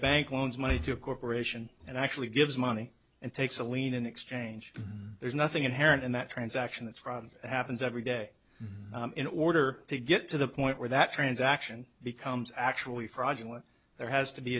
bank loans money to a corporation and actually gives money and takes a lien in exchange there's nothing inherent in that transaction that's from happens every day in order to get to the point where that transaction becomes actually fraudulent there has to be